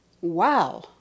Wow